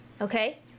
Okay